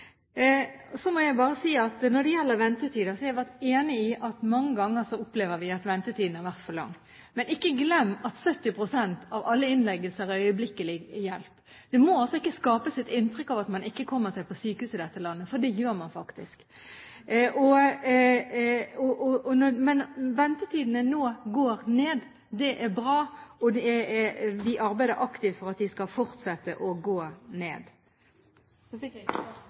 Så må jeg bare si at når det gjelder ventetider, har jeg vært enig i at mange ganger opplever vi at ventetiden har vært for lang. Men ikke glem at 70 pst. av alle innleggelser er øyeblikkelig hjelp. Det må altså ikke skapes et inntrykk av at man ikke kommer seg på sykehus i dette landet, for det gjør man faktisk. Men ventetidene går nå ned. Det er bra, og vi arbeider aktivt for at de skal fortsette å gå ned. Nå fikk jeg ikke